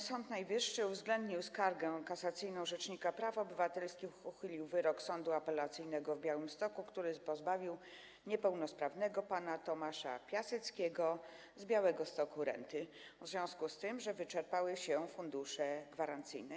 Sąd Najwyższy uwzględnił skargę kasacyjną rzecznika praw obywatelskich i uchylił wyrok Sądu Apelacyjnego w Białymstoku, który pozbawił niepełnosprawnego pana Tomasza Piaseckiego z Białegostoku renty w związku z tym, że wyczerpały się fundusze gwarancyjne.